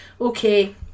okay